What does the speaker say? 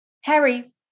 Harry